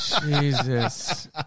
Jesus